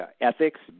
ethics